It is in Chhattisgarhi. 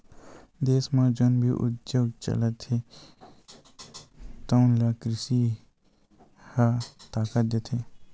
देस म जउन भी उद्योग चलत हे तउन ल कृषि ह ताकत देथे